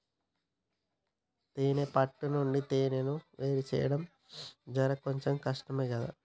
తేనే పట్టు నుండి తేనెను వేరుచేయడం జర కొంచెం కష్టమే గదా